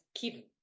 keep